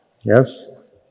Yes